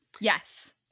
Yes